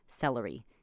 celery